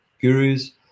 gurus